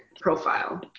profile